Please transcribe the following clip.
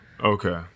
Okay